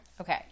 Okay